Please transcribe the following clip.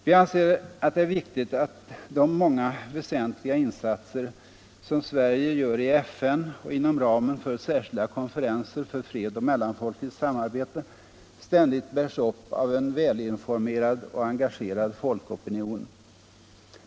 Vi anser att det är viktigt att de många väsentliga insatser som Sverige gör i FN och inom ramen för särskilda konferenser för fred och mellanfolkligt samarbete ständigt bärs upp av en välinformerad och engagerad folkopinion.